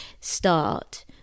start